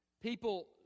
People